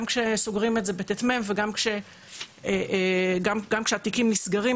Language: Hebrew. גם כשסוגרים את זה בט"מ וגם כשהתיקים נסגרים,